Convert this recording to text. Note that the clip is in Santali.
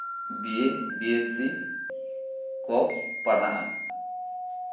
B A B S C ᱠᱚ ᱯᱟᱲᱦᱟᱜᱼᱟ